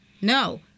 No